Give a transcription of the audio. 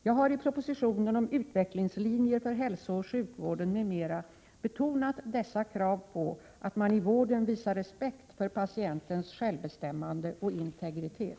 Jag har i propositionen om utvecklingslinjer för hälsooch sjukvården m.m. betonat dessa krav på att man i vården visar respekt för patientens självbestämmande och integritet.